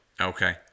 Okay